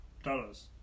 dollars